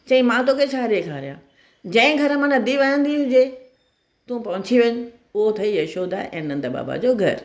चईं मां तोखे छा ॾेखारियां जंहिं घरु मां नदी वहंदी हुजे तूं पहुची वञ उहो अथई यशोदा ऐं नंद बाबा जो घरु